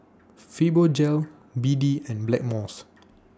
Fibogel B D and Blackmores